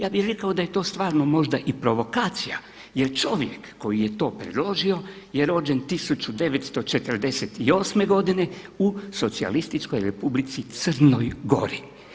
Ja bih rekao da je to stvarno možda i provokacija jer čovjek koji je to predložio je rođen 1948. godine u Socijalističkoj Republici Crnoj Gori.